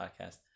podcast